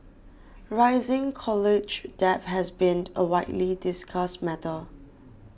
rising college debt has been a widely discussed matter